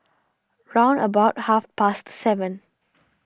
round about half past seven